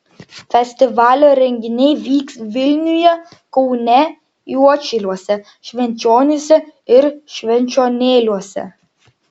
festivalio renginiai vyks vilniuje kaune juodšiliuose švenčionyse ir švenčionėliuose